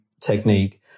technique